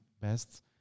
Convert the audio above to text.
best